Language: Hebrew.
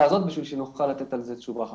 הזאת בשביל שנוכל לתת על זה תשובה חכמה.